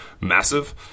massive